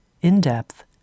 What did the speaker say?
in-depth